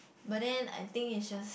but then I think it's just